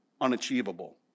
unachievable